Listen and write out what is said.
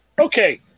Okay